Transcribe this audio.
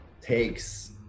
takes